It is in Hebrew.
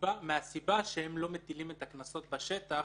מהסיבה שהם לא מטילים את הקנסות בשטח,